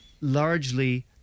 largely